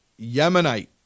Yemenite